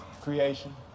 creation